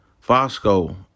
Fosco